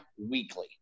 weekly